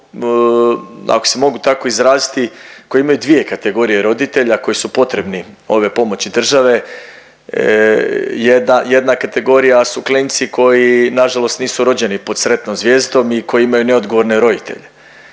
ako se mogu tako izraziti koji imaju dvije kategorije roditelja kojoj su potrebni ove pomoći države. Jedna kategorija su klinci koji na žalost nisu rođeni pod sretnom zvijezdom i koji imaju neodgovorne roditelje.